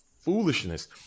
foolishness